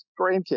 grandkids